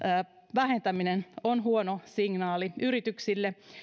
vähentäminen on huono signaali yrityksille